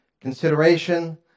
consideration